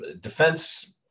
defense